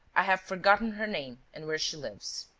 i have forgotten her name and where she lives.